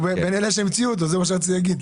הוא בין אלה שהמציאו אותו, זה מה שרציתי להגיד.